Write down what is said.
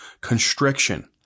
constriction